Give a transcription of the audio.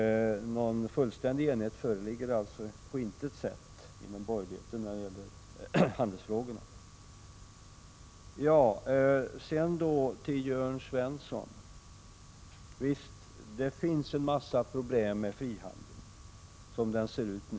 Någon fullständig enighet föreligger alltså på intet sätt inom borgerligheten när det gäller handelsfrågorna. Sedan till Jörn Svensson. Visst finns det en mängd problem med frihandeln som denna nu ser ut.